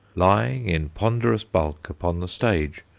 lying in ponderous bulk upon the stage,